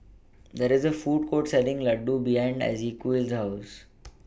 There IS A Food Court Selling Laddu behind Ezequiel's House